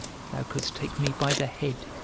thou couldst take me by the head,